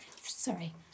sorry